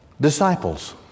Disciples